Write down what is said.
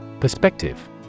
Perspective